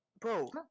Bro